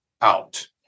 out